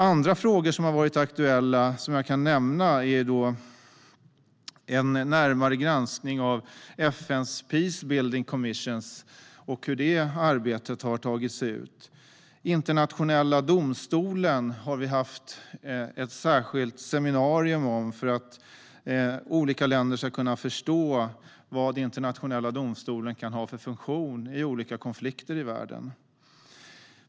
Andra frågor som har varit aktuella som jag kan nämna är en närmare granskning av FN:s Peacebuilding Commission och hur det arbetet har tagit sig ut. Internationella domstolen har vi haft ett särskilt seminarium om för att olika länder ska kunna förstå vad Internationella domstolen kan ha för funktion vid olika konflikter i världen.